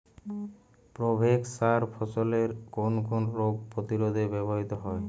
Provex সার ফসলের কোন কোন রোগ প্রতিরোধে ব্যবহৃত হয়?